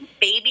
baby